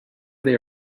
they